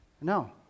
No